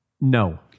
No